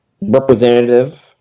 representative